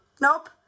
Nope